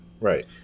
Right